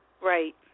Right